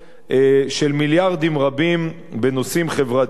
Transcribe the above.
של מיליארדים רבים בנושאים חברתיים,